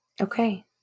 Okay